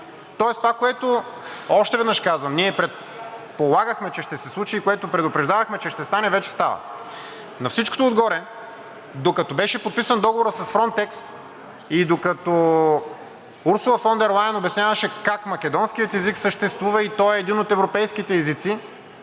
Тоест това, което – още веднъж казвам, ние предполагахме, че ще се случи и което предупреждавахме, че ще стане, вече става. На всичкото отгоре, докато беше подписан договорът с „Фронтекс“ и докато Урсула фон дер Лайен обясняваше как македонският език съществува и той е един от европейските езици,